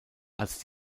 als